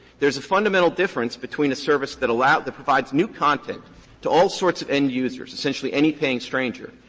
there's a fundamental difference between a service that allows that provides new content to all sorts of end-users, essentially any paying stranger,